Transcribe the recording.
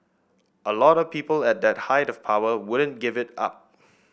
a lot of people at that height of power wouldn't give it up